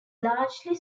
largely